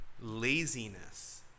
laziness